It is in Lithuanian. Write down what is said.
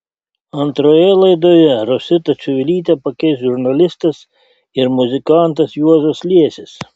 antroje laidoje rositą čivilytę pakeis žurnalistas ir muzikantas juozas liesis